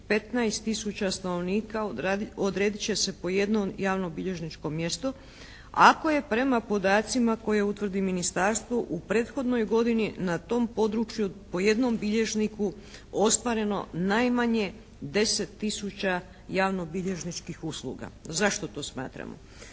tisuća stanovnika odredit će se po jedno javno-bilježničko mjesto ako je prema podacima koje utvrdi ministarstvo u prethodnoj godini na tom području po jednom bilježniku ostvareno najmanje 10 tisuća javno-bilježničkih usluga. Zašto to smatramo?